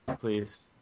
please